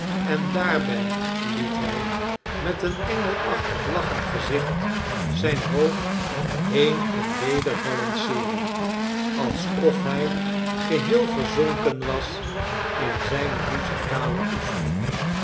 en daarbij liet hij met een engelachtig lachend gezicht zijn hoofd heen en weder balanceeren alsof hij geheel verzonken was in zijne muzikale oefening